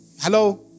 hello